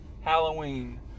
Halloween